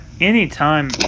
anytime